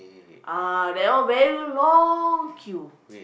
ah that one very long queue